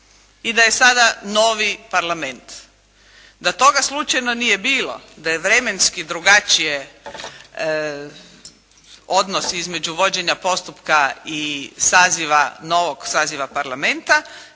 i da je sada novi Parlament. Da toga slučajno nije bilo, da je vremenski drugačije odnos između vođenja postupka i saziva, novog saziva Parlamenta